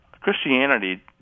Christianity